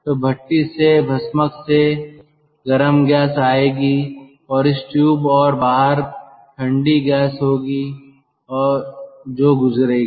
तो भट्टी से भस्मक से गर्म गैस आएगी और इस ट्यूब और बाहर ठंडी गैस होगी जो गुजरेगी